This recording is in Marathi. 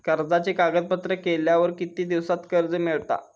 कर्जाचे कागदपत्र केल्यावर किती दिवसात कर्ज मिळता?